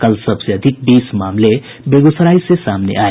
कल सबसे अधिक बीस मामले बेगूसराय से सामने आये